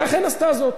ואכן עשתה זאת.